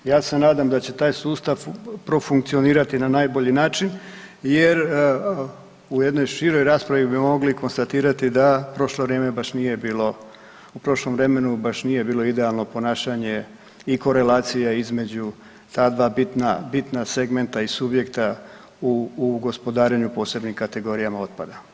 Ja se nadam da će taj sustav profunkcionirati na najbolji način jer u jednoj široj raspravi bi mogli konstatirati da prošlo vrijeme baš nije bilo, u prošlom vremenu baš nije bilo idealno ponašanje i korelacija između ta dva bitna segmenta i subjekta u gospodarenju posebnim kategorijama otpada.